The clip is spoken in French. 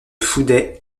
fouday